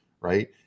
right